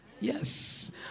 yes